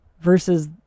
versus